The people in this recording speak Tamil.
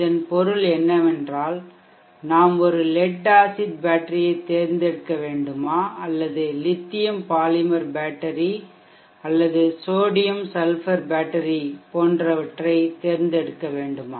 இதன் பொருள் என்னவென்றால் நாம் ஒரு லெட் ஆசிட் பேட்டரியைத் தேர்ந்தெடுக்க வேண்டுமா அல்லது லித்தியம் பாலிமர் பேட்டரி அல்லது சோடியம் சல்பர் பேட்டரி போன்றவற்றைத் தேர்ந்தெடுக்க வேண்டுமா